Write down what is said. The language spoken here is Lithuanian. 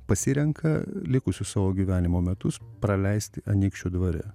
pasirenka likusius savo gyvenimo metus praleisti anykščių dvare